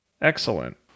excellent